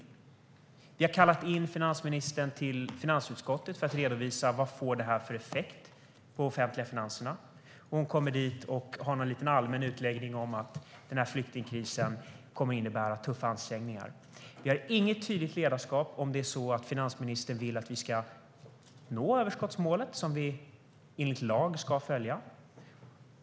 Finansutskottet har kallat in finansministern för att redovisa vad prognoserna får för effekt på de offentliga finanserna. Hon kommer dit och ger en allmän utläggning om att flyktingkrisen kommer att innebära tuffa ansträngningar. Det finns inget tydligt ledarskap som visar om finansministern vill att överskottsmålet ska nås, som enligt lag ska följas.